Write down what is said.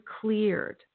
cleared